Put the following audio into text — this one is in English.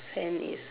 hand is